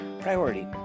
Priority